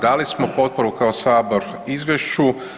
Dali smo potporu kao Sabor Izvješću.